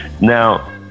now